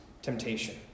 temptation